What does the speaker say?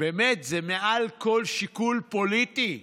באמת, זה מעל כל שיקול פוליטי.